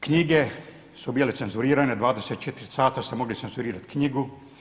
Knjige su bile cenzurirane, 24 sata ste mogli cenzurirati knjigu.